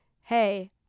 hey